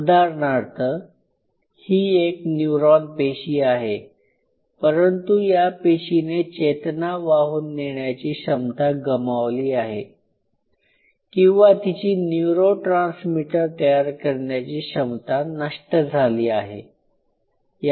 उदाहरणार्थ ही एक न्यूरॉन पेशी आहे परंतु या पेशीने चेतना वाहून नेण्याची क्षमता गमावली आहे किंवा तिची न्यूरोट्रान्समिटर्स तयार करण्याची क्षमता नष्ट झाली आहे